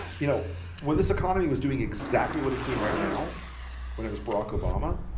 you know when this economy was doing exactly what it's doing right now when it was barack obama,